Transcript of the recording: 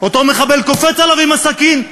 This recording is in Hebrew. אותו מחבל קופץ עליו עם הסכין,